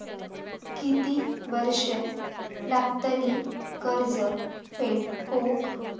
किती वर्षे लागतली कर्ज फेड होऊक?